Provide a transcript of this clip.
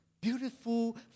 beautiful